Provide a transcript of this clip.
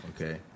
Okay